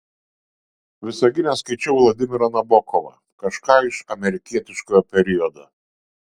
visagine skaičiau vladimirą nabokovą kažką iš amerikietiškojo periodo